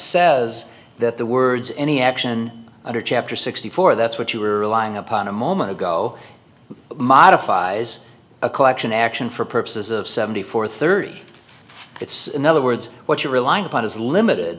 says that the words any action under chapter sixty four that's what you were relying upon a moment ago modifies a collection action for purposes of seventy four thirty it's in other words what you rely upon is limited